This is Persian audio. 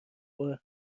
بار